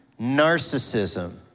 narcissism